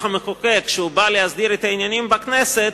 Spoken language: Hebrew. המחוקק כשהוא בא להסדיר את העניינים בכנסת,